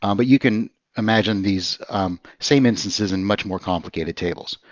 um but you can imagine these same instances in much more complicated tables.